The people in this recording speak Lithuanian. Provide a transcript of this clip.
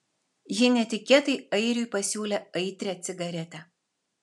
ji netikėtai airiui pasiūlė aitrią cigaretę